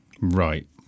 Right